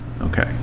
Okay